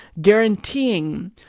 guaranteeing